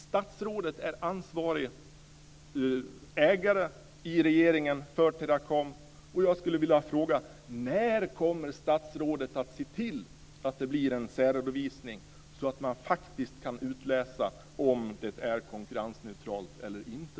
Statsrådet är ansvarig ägare i regeringen för Teracom. Jag skulle vilja fråga: När kommer statsrådet att se till att det blir en särredovisning så att man faktiskt kan utläsa om det är konkurrensneutralt eller inte?